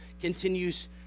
continues